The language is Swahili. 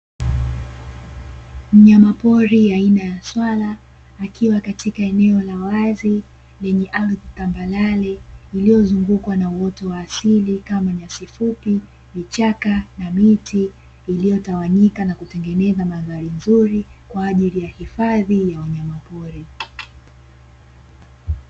Mnyama pori aina ya swala, akiwa katika eneo la wazi lenye ardhi tambarale, lililozungukwa na uoto wa asili kama nyasi fupi, vichaka na miti iliyotawanyika na kutengeneza madhari nzuri kwajili ya hifadhi ya wanyama pori.